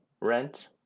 Rent